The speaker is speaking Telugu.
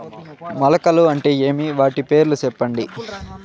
మొలకలు అంటే ఏమి? వాటి పేర్లు సెప్పండి?